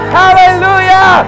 hallelujah